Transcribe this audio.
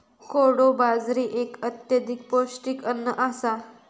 कोडो बाजरी एक अत्यधिक पौष्टिक अन्न आसा